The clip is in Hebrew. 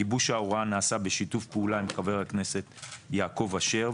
גיבוש ההוראה נעשה בשיתוף פעולה עם חבר הכנסת יעקב אשר,